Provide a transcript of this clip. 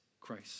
Christ